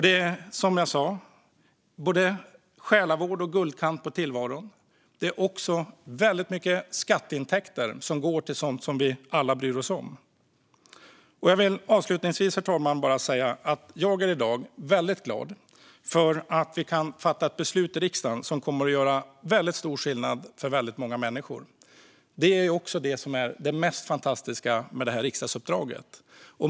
Det är som jag sa både själavård och guldkant på tillvaron. Det är också väldigt mycket skatteintäkter som går till sådant som vi alla bryr oss om. Herr talman! Jag vill avslutningsvis säga att jag i dag är väldigt glad för att vi kan fatta ett beslut i riksdagen som kommer att göra väldigt stor skillnad för väldigt många människor. Det är också det som är det mest fantastiska med riksdagsuppdraget.